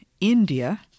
India